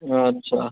अच्छा